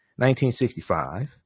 1965